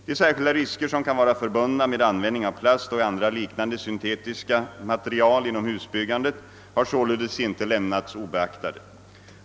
De särskilda risker, som kan vara förbundna med användning av plast och andra liknande syntetiska material inom husbyggandet, har således inte lämnats obeaktade.